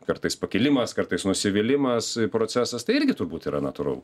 kartais pakilimas kartais nusivylimas procesas tai irgi turbūt yra natūralu